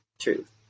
truth